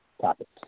topics